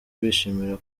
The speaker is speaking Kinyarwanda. bishimira